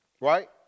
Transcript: Right